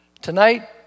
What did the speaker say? tonight